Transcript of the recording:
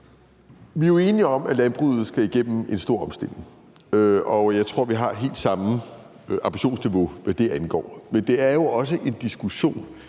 Vi er jo enige om, at landbruget skal igennem en stor omstilling, og jeg tror, vi har helt samme ambitionsniveau, hvad det angår. Men det er jo også en diskussion,